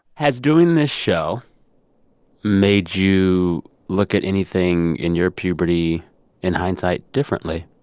has doing this show made you look at anything in your puberty in hindsight differently?